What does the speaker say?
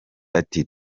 ati